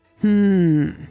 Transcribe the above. Hmm